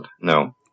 no